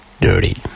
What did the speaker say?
Dirty